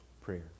prayer